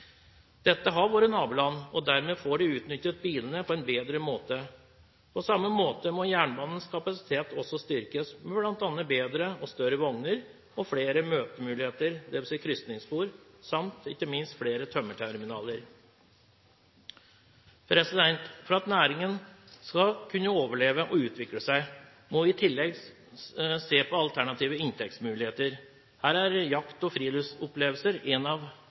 Dette har våre naboland, og dermed får de utnyttet bilene på en bedre måte. På samme måte må jernbanens kapasitet også styrkes med bl.a. bedre og større vogner og flere møtemuligheter, dvs. krysningsspor, samt ikke minst flere tømmerterminaler. For at næringen skal kunne overleve og utvikle seg, må vi i tillegg se på alternative inntektsmuligheter. Her er jakt og friluftsopplevelser én av